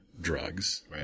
drugs